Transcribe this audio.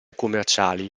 commerciali